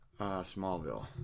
Smallville